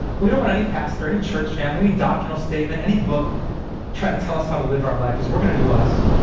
we don't want any pastor, any church family, any doctrinal statement, any book try to tell us how to live our life because we're going to do us.